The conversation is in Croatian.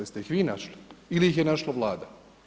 Jeste li ih vi našli ili ih je našla Vlada?